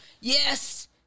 Yes